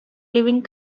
living